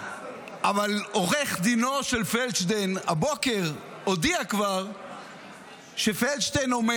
אבל עורך דינו של פלדשטיין הודיע כבר הבוקר שפלדשטיין אומר